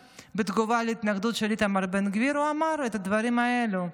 בתגובה להתנגדות של איתמר בן גביר הוא אמר את הדברים האלו: